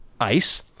ice